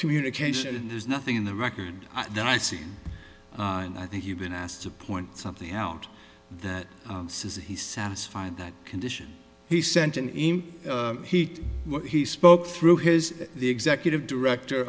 communication and there's nothing in the record that i see and i think you've been asked to point something out that says he's satisfied that condition he sent an e mail heat he spoke through his the executive director